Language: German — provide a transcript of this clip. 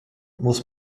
muss